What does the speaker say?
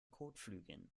kotflügeln